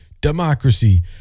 democracy